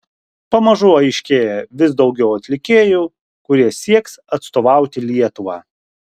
pamažu aiškėja vis daugiau atlikėjų kurie sieks atstovauti lietuvą